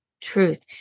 truth